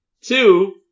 two